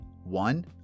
One